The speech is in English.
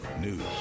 News